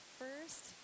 first